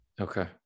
Okay